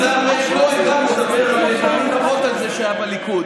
השר מאיר כהן גם מדבר פעמים רבות על זה שהיה בליכוד.